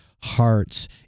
hearts